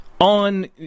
on